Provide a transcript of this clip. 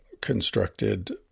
constructed